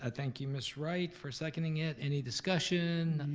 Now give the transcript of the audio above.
ah thank you, miss wright, for seconding it, any discussion?